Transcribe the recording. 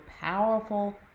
powerful